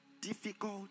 difficult